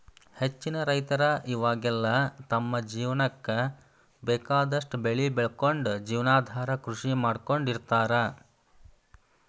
ಹೆಚ್ಚಿನ ರೈತರ ಇವಾಗೆಲ್ಲ ತಮ್ಮ ಜೇವನಕ್ಕ ಬೇಕಾದಷ್ಟ್ ಬೆಳಿ ಬೆಳಕೊಂಡು ಜೇವನಾಧಾರ ಕೃಷಿ ಮಾಡ್ಕೊಂಡ್ ಇರ್ತಾರ